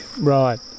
Right